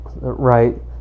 Right